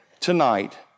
tonight